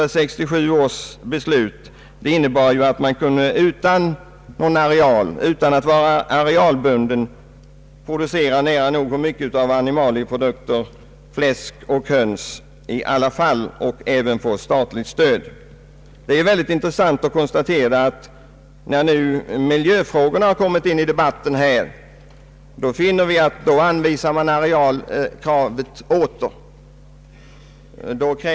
Beslutet av år 1967 innebar däremot att man utan att vara arealbunden kunde framställa nära nog hur mycket som helst av animalieprodukter — t.ex. fläsk och höns — och även få statligt stöd. Det är intressant att konstatera att när nu miljöfrågorna har kommit in i debatten kommer arealkravet tillbaka.